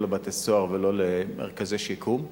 לא לבתי-סוהר ולא למרכזי שיקום,